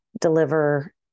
deliver